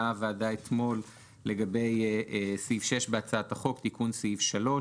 הוועדה אתמול לגבי סעיף 6 בהצעת החוק: תיקון סעיף 3,